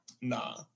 Nah